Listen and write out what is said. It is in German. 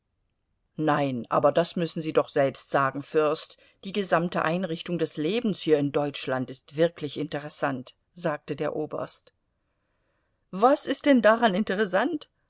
nein aber das müssen sie doch selbst sagen fürst die gesamte einrichtung des lebens hier in deutschland ist wirklich interessant sagte der oberst was ist denn daran interessant